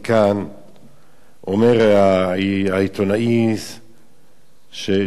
טוען העיתונאי ג'וליו מיאוטי